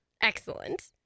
Excellent